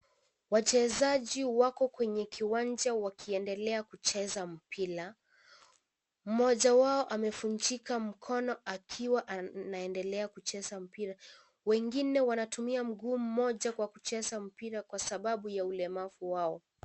Wachezaji wako kwenye uwanja wakiendelea kucheza mpira, mmoja wao amevunjika mkono akiwa anaendelea kucheza mpira wengine wanatumia mguu moja Kwa kucheza mpira Kwa sababu ya ulemavu wao.